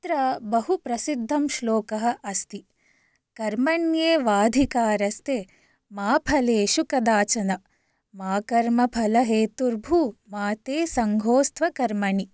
तत्र बहु प्रसिद्धः श्लोकः अस्ति कर्मण्येवाधिकारस्ते मा फलेषु कदाचन मा कर्मफलहेतुर्भू माते सङ्गोऽस्त्वकर्मणि